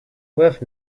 worth